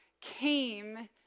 came